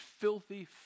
filthy